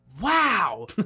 wow